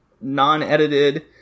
non-edited